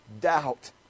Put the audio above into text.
doubt